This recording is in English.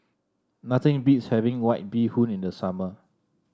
nothing beats having White Bee Hoon in the summer